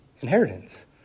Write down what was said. inheritance